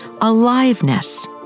aliveness